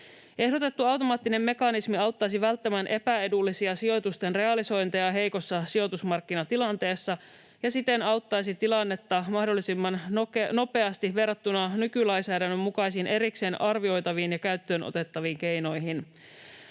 Ehdotettu automaattinen mekanismi auttaisi välttämään epäedullisia sijoitusten realisointeja heikossa sijoitusmarkkinatilanteessa ja siten auttaisi tilannetta mahdollisimman nopeasti verrattuna nykylainsäädännön mukaisiin erikseen arvioitaviin ja käyttöönotettaviin keinoihin.